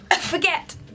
Forget